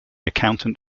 accountant